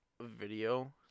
video